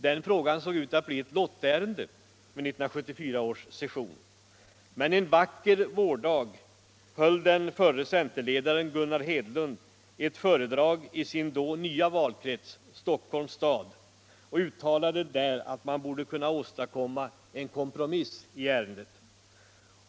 Den frågan såg ut att bli ett lottärende vid 1974 års riksdag, men en vacker vårdag höll den förre centerledaren Gunnar Hedlund ett föredrag i sin då nya valkrets, Stockholm, och uttalade därvid att man borde kunna åstadkomma en kompromiss i ärendet.